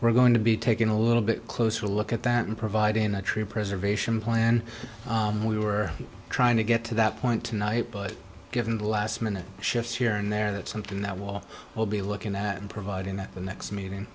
we're going to be taking a little bit closer look at that and provide in a tree preservation plan we were trying to get to that point tonight but given the last minute shifts here and there that's something that we'll all be looking at and provide in the next meeting